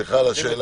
סליחה על השאלה.